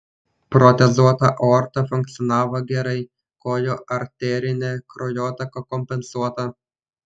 protezuota aorta funkcionavo gerai kojų arterinė kraujotaka kompensuota